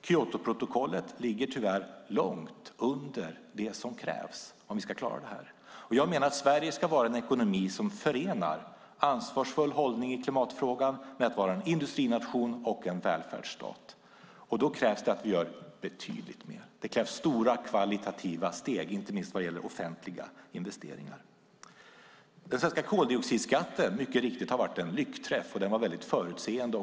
Kyotoprotokollet ligger tyvärr långt under det som krävs om vi ska klara detta. Jag menar att Sverige ska vara en ekonomi som förenar en ansvarsfull hållning i klimatfrågan med att vara en industrination och en välfärdsstat. Då krävs det att vi gör betydligt mer. Det krävs stora kvalitativa steg, inte minst vad gäller offentliga investeringar. Den svenska koldioxidskatten har mycket riktigt varit en lyckträff. Den var också väldigt förutseende.